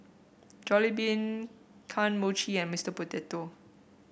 Jollibean Kane Mochi and Mister Potato